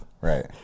right